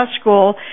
School